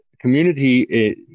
community